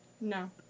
No